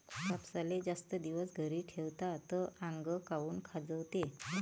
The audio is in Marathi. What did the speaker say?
कापसाले जास्त दिवस घरी ठेवला त आंग काऊन खाजवते?